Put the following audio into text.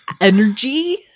energy